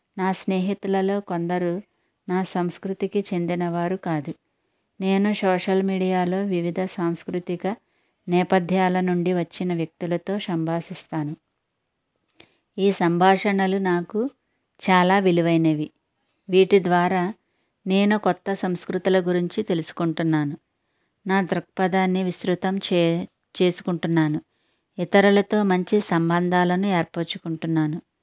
నా స్నేహితులలో కొందరు నా సంస్కృతికి చెందినవారు కాదు నేను సోషల్ మీడియాలో వివిధ సాంస్కృతిక నేపథ్యాల నుండి వచ్చిన వ్యక్తులతో సంభాషిస్తాను ఈ సంభాషణలు నాకు చాలా విలువైనవి వీటి ద్వారా నేను కొత్త సంస్కృతల గురించి తెలుసుకుంటున్నాను నా దృక్పథాన్ని విస్తృతం చే చేసుకుంటున్నాను ఇతరులతో మంచి సంబంధాలను ఏర్పరచుకుంటున్నాను